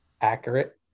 accurate